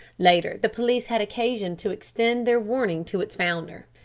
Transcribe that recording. later, the police had occasion to extend their warning to its founder.